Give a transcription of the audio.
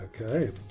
Okay